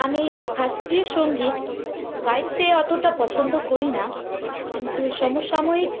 আমি শাস্ত্রীয় সঙ্গীত গাইতে অতটা পছন্দ করি না কিন্তু সমসাময়িক